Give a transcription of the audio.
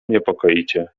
niepokoicie